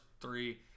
three